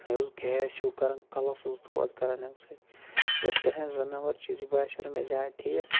مے اوس گیس ہیوٗ کَران کَلَس اوس دود کَران اَمہِ سۭتۍ یہِ اوس کیٛاہ تھام زٕ نَمبر چیٖز یہِ باسیو نہٕ مےٚ زیادٕ ٹھیٖک